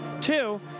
Two